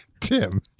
Tim